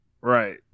Right